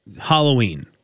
Halloween